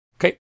Okay